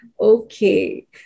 okay